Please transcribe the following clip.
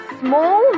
small